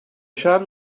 schaden